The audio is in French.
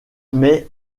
mais